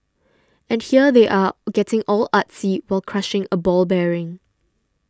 and here they are getting all artsy while crushing a ball bearing